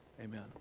Amen